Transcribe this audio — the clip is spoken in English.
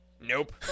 Nope